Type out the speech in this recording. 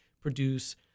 produce